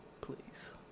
please